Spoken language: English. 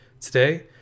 Today